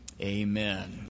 Amen